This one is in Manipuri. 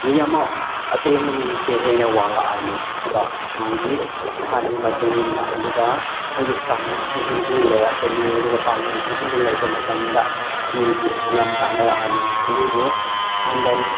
ꯃꯤ ꯑꯃ ꯑꯇꯦꯟꯕ ꯃꯤꯁꯦ ꯍꯦꯟꯅ ꯋꯥꯡꯂꯛꯑꯅꯤ ꯀꯣ ꯃꯥꯒꯤ ꯁꯥꯟꯅꯕ ꯃꯇꯨꯡ ꯏꯟꯅ ꯑꯗꯨꯒ ꯃꯣꯏꯒꯤ ꯏꯁꯇꯥꯃꯤꯅꯥꯁꯨ ꯍꯦꯟꯅ ꯍꯦꯟꯅ ꯂꯩꯔꯛꯀꯅꯤꯌꯦ ꯑꯗꯨꯒ ꯑꯗꯨꯒ ꯄꯥꯡꯒꯟꯁꯦ ꯍꯦꯟꯅ ꯂꯩꯔꯛꯄ ꯃꯇꯝꯗ ꯄꯤꯔꯤꯁꯦ ꯃꯌꯥꯝ ꯀꯥꯟꯅꯔꯛꯑꯅꯤ ꯑꯗꯨꯕꯨ ꯑꯦꯟ ꯗꯦꯟ